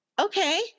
okay